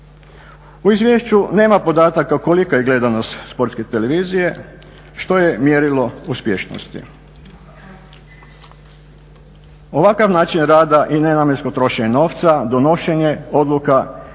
U izvješću nema podataka kolika je gledanost Sportske televizije što je mjerilo uspješnosti. Ovakav način rada i nenamjensko trošenje novca, donošenje odluka